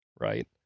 right